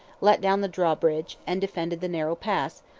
let down the drawbridge, and defended the narrow pass,